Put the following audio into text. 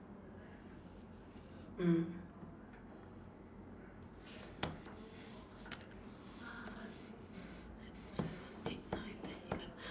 mm six seven eight nine ten eleven